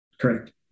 Correct